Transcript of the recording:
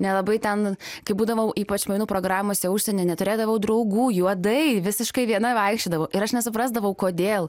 nelabai ten kai būdavau ypač mainų programose užsieny neturėdavau draugų juodai visiškai viena vaikščiodavau ir aš nesuprasdavau kodėl